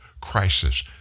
crisis